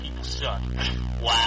Wow